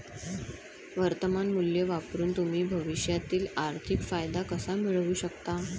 वर्तमान मूल्य वापरून तुम्ही भविष्यातील आर्थिक फायदा कसा मिळवू शकता?